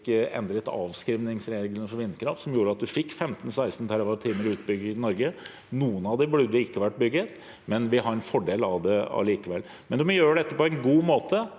endret avskrivningsreglene for vindkraft, som gjorde at vi fikk 15–16 TWh utbygget i Norge. Noen av dem burde ikke vært bygget, men vi har en fordel av det allikevel. Men en må gjøre dette på en god måte,